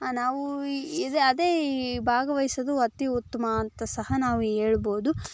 ನಾವೂ ಈ ಇದು ಅದೇ ಈ ಭಾಗವೈಸೋದು ಅತೀ ಉತ್ತಮ ಅಂತ ಸಹ ನಾವು ಹೇಳ್ಬೋದು